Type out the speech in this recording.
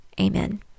amen